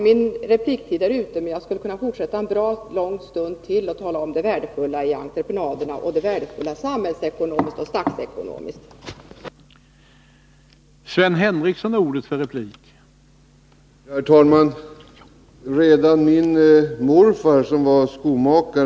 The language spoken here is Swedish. Min repliktid är ute, men jag skulle kunna fortsätta en bra stund till och tala om det värdefulla i entreprenader, både samhällsekonomiskt och statsfinansiellt sett.